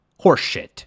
horseshit